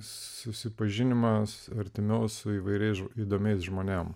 susipažinimas artimiau su įvairiais įdomiais žmonėms